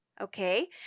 Okay